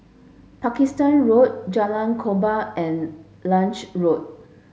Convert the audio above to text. Pakistan Road Jalan Korban and Lange Road